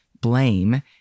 blame